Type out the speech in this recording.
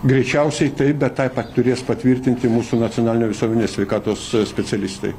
greičiausiai taip bet tai turės patvirtinti mūsų nacionalinio visuomenės sveikatos specialistai